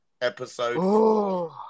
Episode